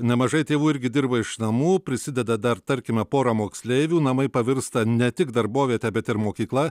nemažai tėvų irgi dirba iš namų prisideda dar tarkime pora moksleivių namai pavirsta ne tik darboviete bet ir mokykla